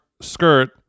skirt